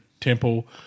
temple